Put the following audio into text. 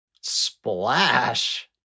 Splash